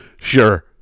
sure